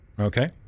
Okay